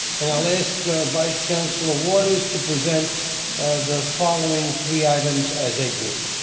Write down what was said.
and i'll ask vice chancellor waters to present the following three items as a group.